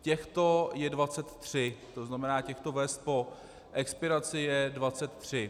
Těchto je 23, to znamená těchto vest po expiraci je 23.